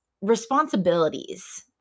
responsibilities